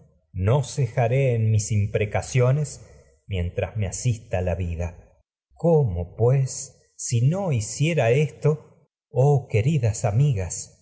no cejaré en mis imprecaciones mientras me asis pues la vida cómo si no hiciera esto oh queridas amigas